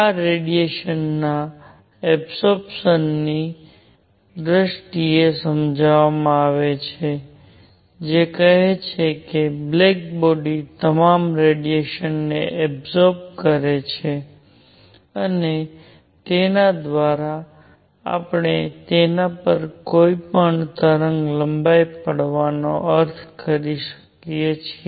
આ રેડિયેશનના એબસોરપ્સનની દ્રષ્ટિએ સમજાવવામાં આવે છે જે કહે છે કે બ્લૅકબોડી તમામ રેડિયેશન ને એબસોર્બ કરે છે અને તેના દ્વારા આપણે તેના પર કોઈ તરંગલંબાઈ પડવાનો અર્થ કરીએ છીએ